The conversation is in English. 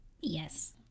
Yes